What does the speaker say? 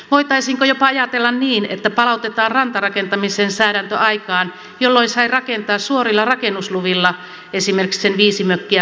voitaisiinko jopa ajatella niin että palautetaan rantarakentamisen säädäntö aikaan jolloin sai rakentaa suorilla rakennusluvilla esimerkiksi sen viisi mökkiä rantakilometrille